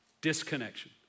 Disconnection